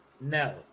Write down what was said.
No